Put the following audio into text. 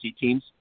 teams